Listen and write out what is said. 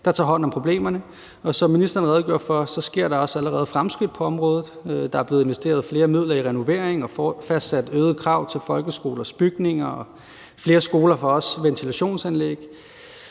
der tager hånd om problemerne. Som ministeren redegjorde for, sker der også allerede fremskridt på området. Der er blevet investeret flere midler i renovering og fastsat øgede krav til folkeskolers bygninger, og flere skoler får også ventilationsanlæg.